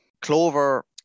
clover